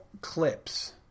Clips